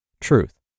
Truth